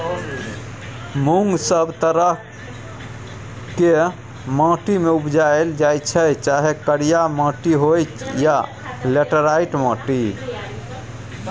मुँग सब तरहक माटि मे उपजाएल जाइ छै चाहे करिया माटि होइ या लेटेराइट माटि